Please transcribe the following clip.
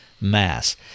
Mass